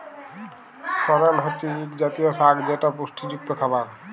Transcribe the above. সরেল হছে ইক জাতীয় সাগ যেট পুষ্টিযুক্ত খাবার